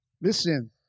Listen